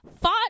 fought